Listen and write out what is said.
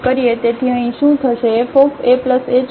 તેથી અહીં શું થશે fahbk બરાબર હશે